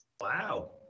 Wow